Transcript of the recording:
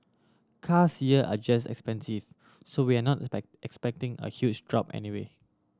cars here are just expensive so we are not expecting a huge drop anyway